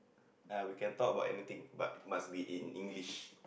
ah we can talk about anything but must be in English